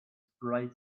spray